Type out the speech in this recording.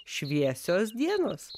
šviesios dienos